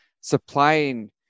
supplying